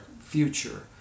future